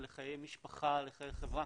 לחיי משפחה לחיי חברה